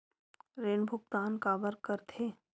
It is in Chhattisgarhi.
ऋण भुक्तान काबर कर थे?